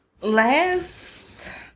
last